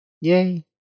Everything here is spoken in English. Yay